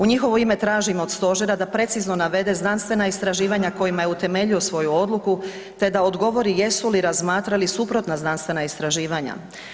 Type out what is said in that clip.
U njihovo ime tražim od stožera da precizno navede znanstvena istraživanja kojima je utemeljio svoju odluku te da odgovori jesu li razmatrali suprotna znanstvena istraživanja.